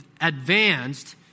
advanced